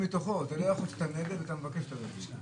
--- לא יכול להיות שאתה נגד ואתה מבקש את הרביזיה.